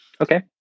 Okay